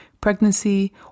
pregnancy